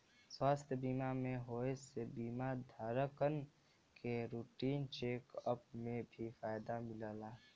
स्वास्थ्य बीमा होये से बीमा धारकन के रूटीन चेक अप में भी फायदा मिलला